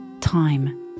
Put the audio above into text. time